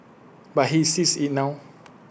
but he sees IT now